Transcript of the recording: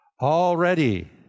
Already